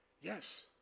Yes